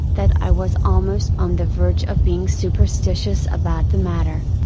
that i was almost on the verge of being superstitious about the matter.